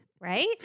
Right